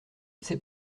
sais